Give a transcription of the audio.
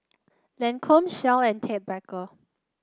Lancome Shell and Ted Baker